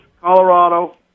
Colorado